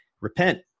Repent